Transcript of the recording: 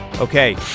Okay